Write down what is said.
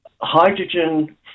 hydrogen